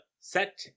set